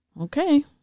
Okay